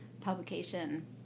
publication